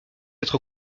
être